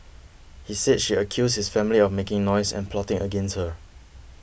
he said she accused his family of making noise and plotting against her